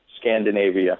Scandinavia